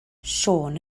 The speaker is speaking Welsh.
siôn